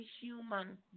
human